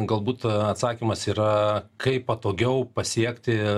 galbūt atsakymas yra kaip patogiau pasiekti